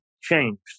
changed